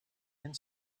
and